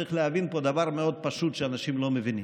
שצריך להבין פה דבר מאוד פשוט שאנשים לא מבינים: